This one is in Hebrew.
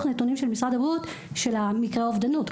נתונים של משרד הבריאות של מקרי האובדנות.